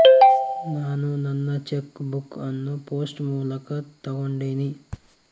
ನಾನು ನನ್ನ cheque book ಅನ್ನು ಪೋಸ್ಟ್ ಮೂಲಕ ತೊಗೊಂಡಿನಿ